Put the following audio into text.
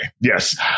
Yes